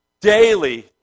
daily